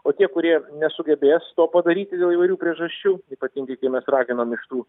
o tie kurie nesugebės to padaryti dėl įvairių priežasčių ypatingai kai mes raginam iš tų